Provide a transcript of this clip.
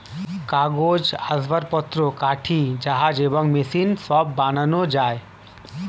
কাগজ, আসবাবপত্র, কাঠি, জাহাজ এবং মেশিন সব বানানো যায়